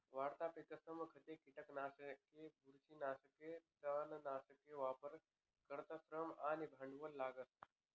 वाढता पिकसमा खते, किटकनाशके, बुरशीनाशके, तणनाशकसना वापर करता श्रम आणि भांडवल लागस